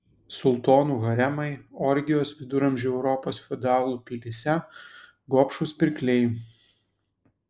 sultonų haremai orgijos viduramžių europos feodalų pilyse gobšūs pirkliai